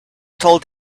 told